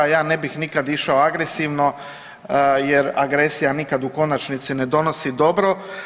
Ja ne bih nikad išao agresivno jer agresija nikad u konačnici ne donosi dobro.